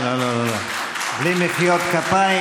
לא, לא, לא, בלי מחיאות כפיים.